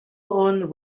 own